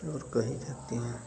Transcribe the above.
और कहीं जाते हैं